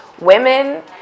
women